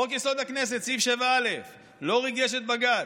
חוק-יסוד: הכנסת, סעיף 7א, זה לא ריגש את בג"ץ.